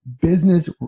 business